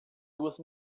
duas